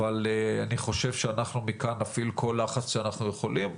אבל אני חושב שאנחנו מכאן נפעיל כל לחץ שאנחנו יכולים,